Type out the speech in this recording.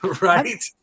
Right